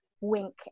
wink